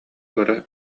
көрө